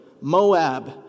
Moab